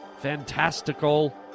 fantastical